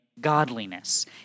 godliness